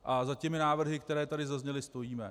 A za těmi návrhy, které tady zazněly, stojíme.